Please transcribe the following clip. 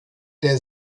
der